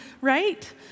right